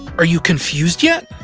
are you confused yet?